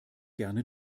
gerne